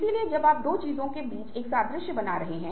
समाधान आएगा हम समस्या का समाधान कर सकते हैं